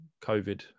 COVID